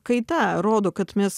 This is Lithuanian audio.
kaita rodo kad mes